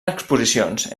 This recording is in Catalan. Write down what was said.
exposicions